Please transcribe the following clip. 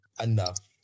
enough